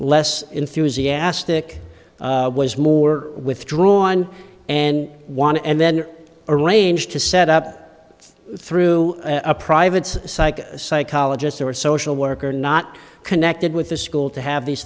less enthusiastic was more withdrawn and one and then arranged to set up through a private psych psychologist or social worker not connected with the school to have these